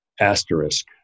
asterisk